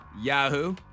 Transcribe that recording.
Yahoo